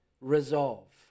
resolve